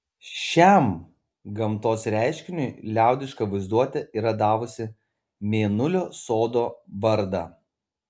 šiam gamtos reiškiniui liaudiška vaizduotė yra davusi mėnulio sodo vardą